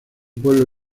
pueblo